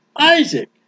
Isaac